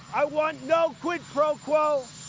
i want no quid pro quo.